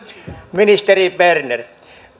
ministeri berner